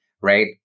right